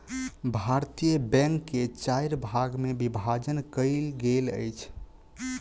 भारतीय बैंक के चाइर भाग मे विभाजन कयल गेल अछि